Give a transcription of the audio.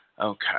Okay